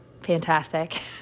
Fantastic